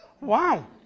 Wow